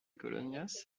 colonias